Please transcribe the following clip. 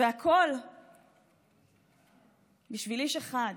והכול בשביל איש אחד.